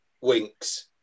winks